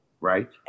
Right